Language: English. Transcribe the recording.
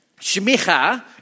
shmicha